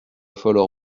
falloir